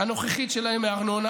הנוכחית שלהן מארנונה.